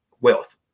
wealth